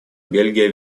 бельгия